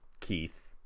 Keith